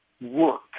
work